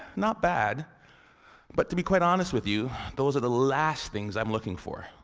not bad but to be quite honest with you, those are the last things i'm looking for.